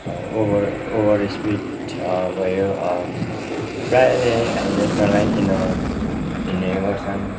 over over speed भयो प्राय ले हेल्मेट नलाइकन हिँड्ने गर्छन्